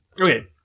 Okay